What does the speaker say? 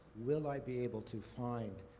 will i be able to find